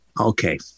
Okay